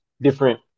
different